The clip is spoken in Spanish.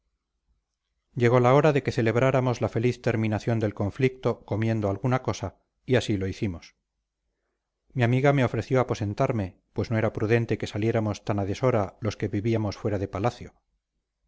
llegó la hora de que celebráramos la feliz terminación del conflicto comiendo alguna cosa y así lo hicimos mi amiga me ofreció aposentarme pues no era prudente que saliéramos tan a deshora los que vivíamos fuera de palacio